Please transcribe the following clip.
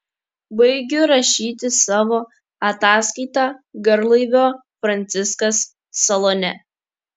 baigiu rašyti savo ataskaitą garlaivio franciskas salone